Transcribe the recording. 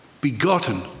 begotten